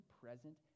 present